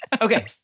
Okay